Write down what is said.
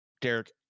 Derek